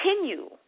continue